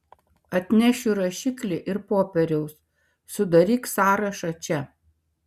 atnešiu rašiklį ir popieriaus sudaryk sąrašą čia